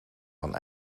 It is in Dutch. van